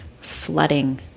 flooding